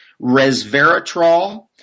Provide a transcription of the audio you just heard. resveratrol